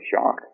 shock